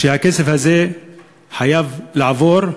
והכסף הזה חייב לעבור,